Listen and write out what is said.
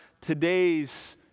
today's